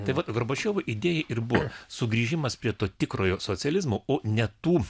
tai vat gorbačiovo idėja ir buvo sugrįžimas prie to tikrojo socializmo o ne tų